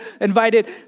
invited